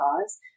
cause